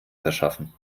verschaffen